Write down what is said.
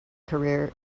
career